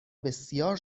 بسیار